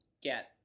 get